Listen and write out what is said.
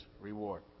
reward